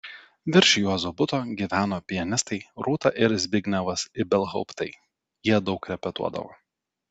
virš juozo buto gyveno pianistai rūta ir zbignevas ibelhauptai jie daug repetuodavo